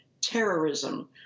terrorism